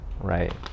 right